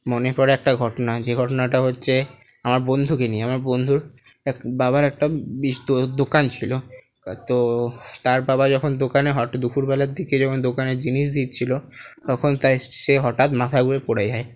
মনে পড়ে একটা ঘটনা যে ঘটনাটা হচ্ছে আমার বন্ধুকে নিয়ে আমার বন্ধুর এক বাবার একটা বিস্তর দোকান ছিলো তো তার বাবা যখন দোকানে হঠাৎ দুপুরবেলার দিকে যখন দোকানে জিনিস দিচ্ছিল তখন তাই সে হঠাৎ মাথা ঘুরে পরে যায়